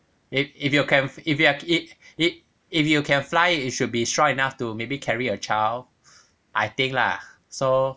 if if you can if you it it if you can fly it should be strong enough to maybe carry a child I think lah so